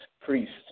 priests